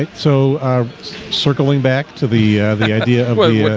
so circling back to the the idea of ah yeah,